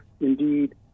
indeed